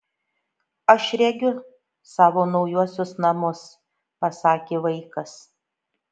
aš regiu savo naujuosius namus pasakė vaikas